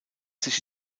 sich